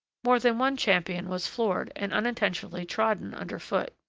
more than one champion was floored and unintentionally trodden under foot,